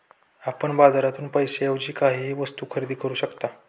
आपण बाजारातून पैशाएवजी काहीही वस्तु खरेदी करू शकता